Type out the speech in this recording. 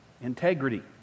integrity